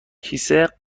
کیسه